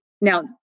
now